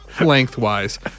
Lengthwise